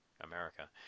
America